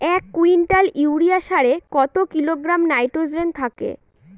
এক quintal urea সারে কত কিলোগ্রাম নাইট্রোজেন থাকে?